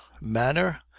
manner